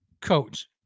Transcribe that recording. coach